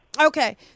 Okay